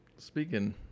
Speaking